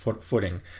footing